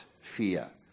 fear